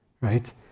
right